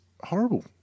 horrible